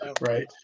right